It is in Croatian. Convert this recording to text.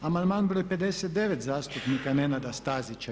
Amandman broj 59. zastupnika Nenada Stazića.